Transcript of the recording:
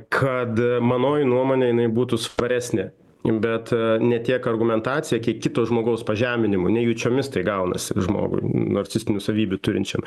kad manoji nuomonė jinai būtų svaresnė bet ne tiek argumentacija kiek kito žmogaus pažeminimu nejučiomis tai gaunasi žmogui narcistinių savybių turinčiam